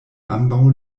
ambaŭ